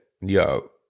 yo